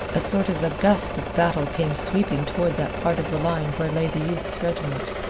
a sort of a gust of battle came sweeping toward that part of the line where lay the youth's regiment.